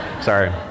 Sorry